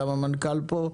גם המנכ"ל פה,